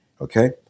Okay